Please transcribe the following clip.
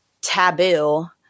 taboo